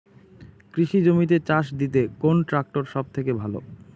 কৃষি জমিতে চাষ দিতে কোন ট্রাক্টর সবথেকে ভালো?